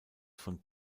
von